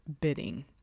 bidding